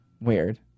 weird